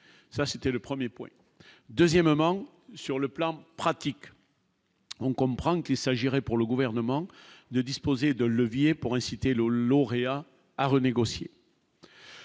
ça c'était le 1er point, deuxièmement, sur le plan pratique. On comprend qu'il s'agirait pour le gouvernement de disposer de leviers pour inciter le lauréat à renégocier.